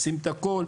לשים את הכל,